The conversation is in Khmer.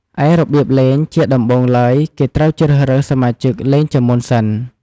ឯរបៀបលេង ជាដំបូងឡើយ គេត្រូវជ្រើសរើសសមាជិកលេងជាមុនសិន។